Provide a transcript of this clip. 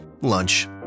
Lunch